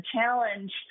challenge